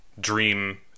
dream